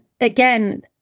again